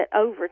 over